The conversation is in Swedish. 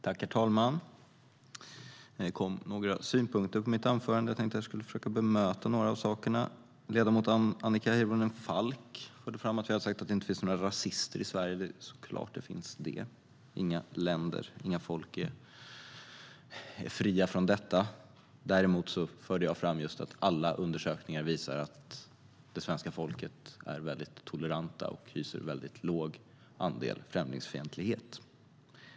Herr talman! Det kom några synpunkter på mitt anförande, och jag ska försöka bemöta några av dem. Ledamot Annika Hirvonen Falk förde fram att vi har sagt att det inte finns några rasister i Sverige. Det är klart att det finns det. Inga länder och folk är fria från det. Vad jag förde fram var att alla undersökningar visar att svenska folket är mycket tolerant och hyser en låg andel med främlingsfientlighet.